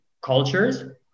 cultures